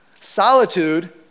Solitude